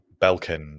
Belkin